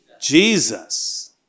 Jesus